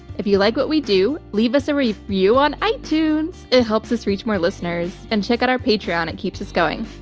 if you like what we do, leave us a review on itunes. it helps us reach more listeners. and check out our patreon. it keeps us going.